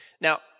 Now